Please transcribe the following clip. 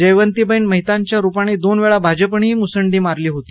जयवंतीबेन मेहतांच्या रुपाने दोन वेळा भाजपनेही मुसंडी मारली होती